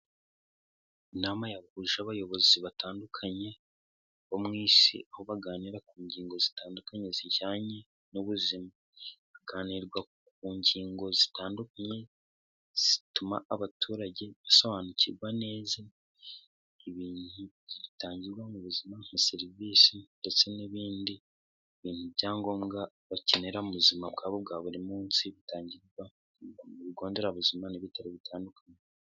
Inama yahuje abayobozi batandukanye bo mu isi aho baganira ku ngingo zitandukanye zijyanye n'ubuzima haganirwa ku ngingo zitandukanye zituma abaturage basobanukirwa neza bitangirwa mu buzima nka serivisi ndetse n'ibindi bintu byangombwa bakenera mu buzima bwabo bwa buri munsi bitangirwa ku bigo nderabuzima n'ibitaro bitandukanye.